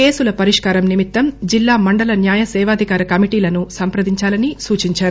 కేసుల పరిష్కారం నిమిత్తం జిల్లా మండల న్యాయసేవాధికార కమిటీలను సంప్రదించాలని సూచించారు